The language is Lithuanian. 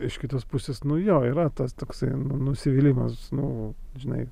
iš kitos pusės nu jo yra tas toksai nu nusivylimas nu žinai